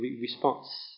response